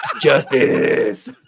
justice